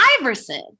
Iverson